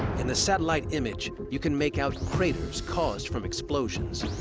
in the satellite image, you can make out craters caused from explosions.